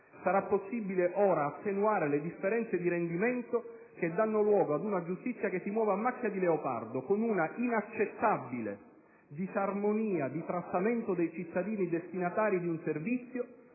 Sarà possibile ora attenuare le differenze di rendimento che danno luogo ad una giustizia che si muove a macchia di leopardo, con una inaccettabile disarmonia di trattamento dei cittadini destinatari di un servizio